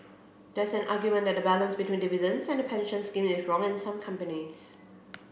there's an argument that the balance between dividends and the pension scheme is wrong in some companies